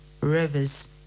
Rivers